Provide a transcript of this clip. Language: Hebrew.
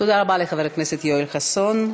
תודה רבה לחבר הכנסת יואל חסון.